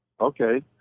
Okay